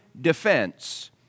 defense